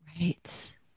Right